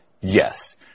Yes